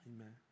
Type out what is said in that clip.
Amen